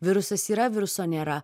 virusas yra viruso nėra